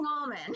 woman